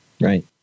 Right